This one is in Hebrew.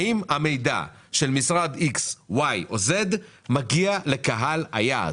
האם המידע של משרד כלשהו מגיע לקהל היעד?